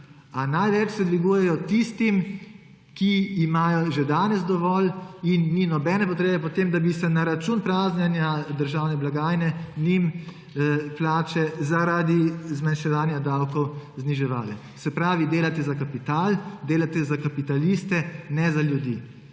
najbolj se dvigujejo tistim, ki imajo že danes dovolj, in ni nobene potrebe po tem, da bi se na račun praznjenja državne blagajne njim plače zaradi zmanjševanja davkov zniževale. Se pravi, delate za kapital, delate za kapitaliste, ne za ljudi.